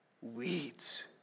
Weeds